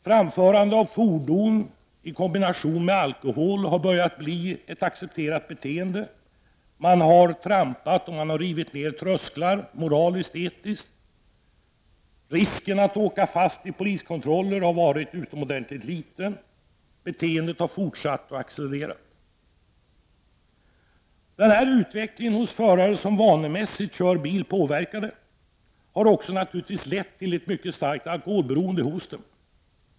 Framförande av fordon i kombination med alkohol har börjat bli ett accepterat beteende. Man har trampat på och rivit ner trösklar, moraliskt och etiskt. Risken att åka fast i poliskontroller har varit mycket liten. Beteendet har fortsatt och accelererat. Denna utveckling hos förare som vanemässigt kör bil påverkade har också lett till ett mycket starkt alkoholberoende hos dem.